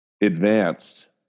advanced